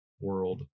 world